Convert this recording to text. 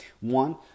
One